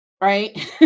right